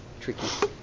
tricky